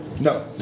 No